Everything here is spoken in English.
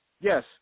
Yes